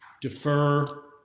defer